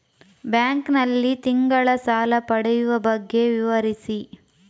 Bank ನಲ್ಲಿ ತಿಂಗಳ ಸಾಲ ಪಡೆಯುವ ಬಗ್ಗೆ ವಿವರಿಸಿ?